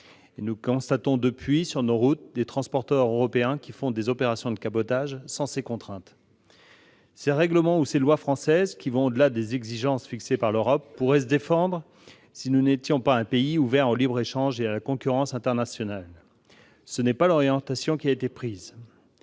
Nous constatons ainsi sur nos routes des transporteurs européens qui font des opérations de cabotage sans ces contraintes. Ces lois ou règlements français, qui vont au-delà des exigences fixées par l'Europe, pourraient se défendre si nous n'étions pas un pays ouvert au libre-échange et à la concurrence internationale. Ce n'est pas l'orientation qui a été prise.